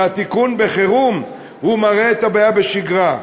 והתיקון בחירום מראה את הבעיה בשגרה.